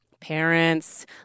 parents